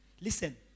Listen